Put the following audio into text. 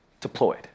Deployed